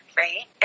right